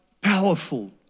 powerful